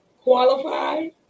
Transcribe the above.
qualified